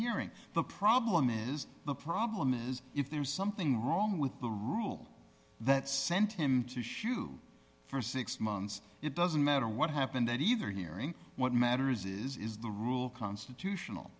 hearing the problem is the problem is if there is something wrong with the rule that sent him to issue for six months it doesn't matter what happened either hearing what matters is is the rule constitutional